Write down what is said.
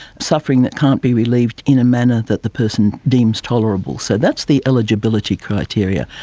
suffering that can't be relieved in a manner that the person deems tolerable. so that's the eligibility criteria,